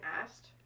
asked